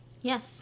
Yes